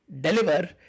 deliver